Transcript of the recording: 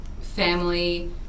family